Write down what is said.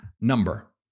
number